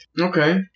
Okay